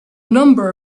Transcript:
number